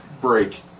break